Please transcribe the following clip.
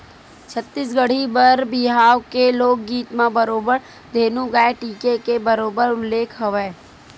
छत्तीसगढ़ी बर बिहाव के लोकगीत म बरोबर धेनु गाय टीके के बरोबर उल्लेख हवय